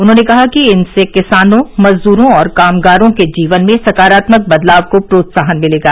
उन्होंने कहा कि इनसे किसानों मजदूरों और कामगारों के जीवन में सकारात्मक बदलाव को प्रोत्साहन मिलेगा